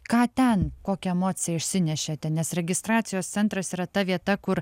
ką ten kokią emociją išsinešėte nes registracijos centras yra ta vieta kur